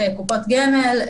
קופות גמל.